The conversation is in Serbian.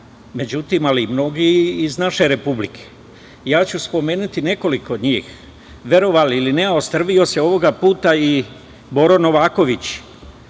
okruženja, ali i mnogi iz naše Republike. Ja ću spomenuti nekoliko njih. Verovali ili ne, ostrvio se ovoga puta i Boro Novaković,